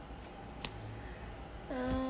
uh